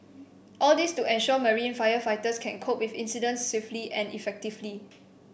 all this to ensure marine firefighters can cope with incidents swiftly and effectively